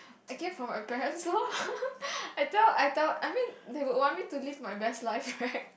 I came from my parents lor I tell I tell I mean they would want me to live my best life right